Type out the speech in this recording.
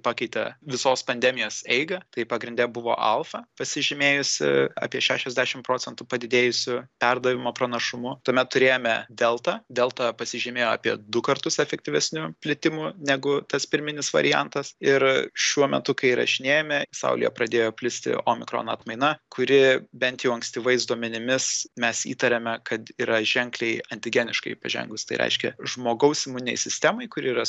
pakeitė visos pandemijos eigą tai pagrinde buvo alfa pasižymėjusi apie šešiasdešim procentų padidėjusiu perdavimo pranašumu tuomet turėjome delta delta pasižymėjo apie du kartus efektyvesniu plitimu negu tas pirminis variantas ir šiuo metu kai įrašinėjame saulyje pradėjo plisti omikrono atmaina kuri bent jau ankstyvais duomenimis mes įtariame kad yra ženkliai antigeniškai pažengus tai reiškia žmogaus imuninei sistemai kuri yra